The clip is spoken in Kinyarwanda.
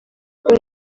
rwo